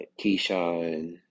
Keyshawn